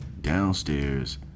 downstairs